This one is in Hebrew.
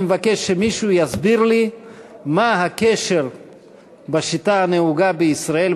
אני מבקש שמישהו יסביר לי מה הקשר בשיטה הנהוגה בישראל,